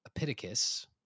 Epictetus